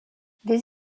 des